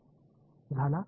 மாணவர் புலம்